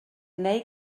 neu